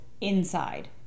inside